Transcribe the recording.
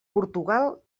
portugal